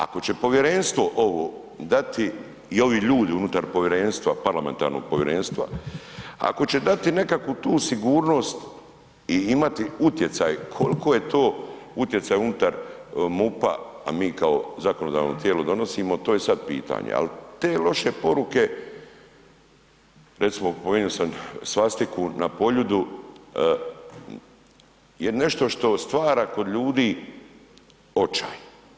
Ako će povjerenstvo ovo dati i ovi ljudi unutar povjerenstva, parlamentarnog povjerenstva, ako će dati nekakvu tu sigurnost i imati utjecaj, koliko je to utjecaj unutar MUP-a, a mi kao zakonodavno tijelo donosimo, to je sad pitanje, ali te loše poruke, recimo, spomenuo sam svastiku na Poljudu, je nešto što stvara kod ljudi očaj.